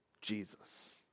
Jesus